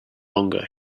longer